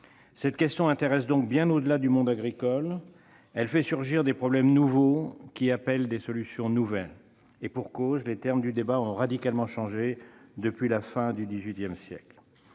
Cette question intéresse donc bien au-delà du monde agricole. Elle fait surgir des problèmes nouveaux qui appellent de solutions nouvelles. Et pour cause : les termes du débat ont radicalement changé depuis la fin du XVIII siècle.